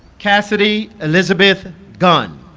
cassidy elizabeth gunn